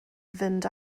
fynd